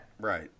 Right